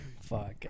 Fuck